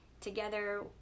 Together